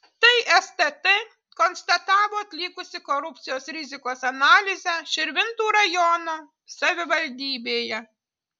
tai stt konstatavo atlikusi korupcijos rizikos analizę širvintų rajono savivaldybėje